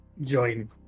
join